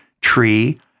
tree